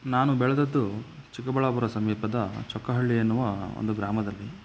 ನಾನು ಬೆಳ್ದಿದ್ದು ಚಿಕ್ಕಬಳ್ಳಾಪುರ ಸಮೀಪದ ಚೊಕ್ಕಹಳ್ಳಿ ಎನ್ನುವ ಒಂದು ಗ್ರಾಮದಲ್ಲಿ